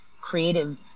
creative